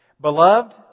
Beloved